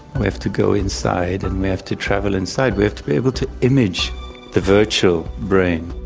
we have to go inside and we have to travel inside, we have to be able to image the virtual brain.